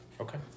Okay